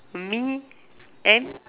me and